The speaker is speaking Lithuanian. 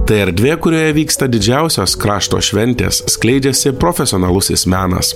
tai erdvė kurioje vyksta didžiausios krašto šventės skleidžiasi profesionalusis menas